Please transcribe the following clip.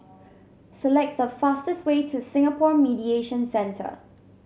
select the fastest way to Singapore Mediation Centre